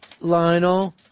Lionel